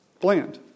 bland